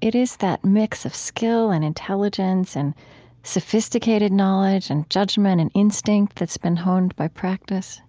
it is that mix of skill, and intelligence, and sophisticated knowledge, and judgment, and instinct that's been honed by practice